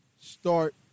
start